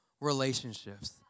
relationships